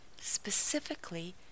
Specifically